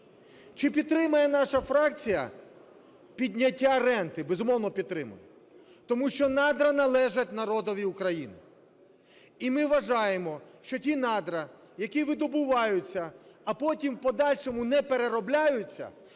Чи підтримає наша фракція підняття ренти? Безумовно, підтримає. Тому що надра належать народові України. І ми вважаємо, що ті надра, які видобуваються, а потім в подальшому не переробляються,